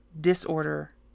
disorder